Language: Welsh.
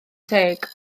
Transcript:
teg